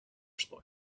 spoil